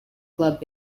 club